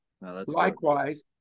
Likewise